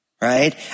right